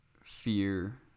fear